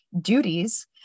duties